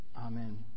Amen